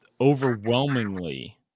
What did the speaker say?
overwhelmingly